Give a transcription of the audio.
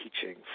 teaching